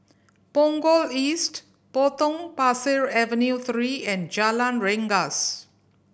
Punggol East Potong Pasir Avenue Three and Jalan Rengas